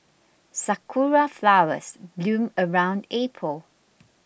sakura flowers bloom around April